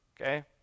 Okay